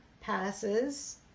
passes